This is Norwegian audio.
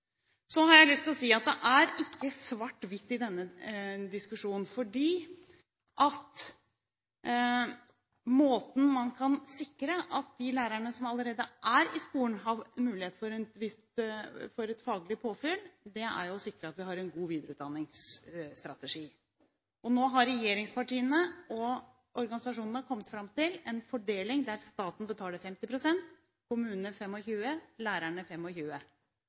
Så har jeg lyst til å si at det er ikke svart–hvitt i denne diskusjonen. For måten man kan sikre at de lærerne som allerede er i skolen, får muligheten til faglig påfyll på, er å sikre en god videreutdanningsstrategi. Nå har regjeringspartiene og organisasjonene kommet fram til en fordeling der staten betaler 50 pst., kommunene 25 pst. og lærerne